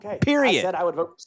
Period